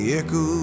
echo